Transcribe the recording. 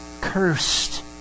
cursed